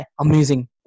Amazing